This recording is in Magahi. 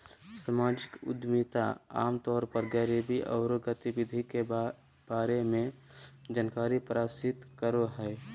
सामाजिक उद्यमिता आम तौर पर गरीबी औरो गतिविधि के बारे में जानकारी प्रसारित करो हइ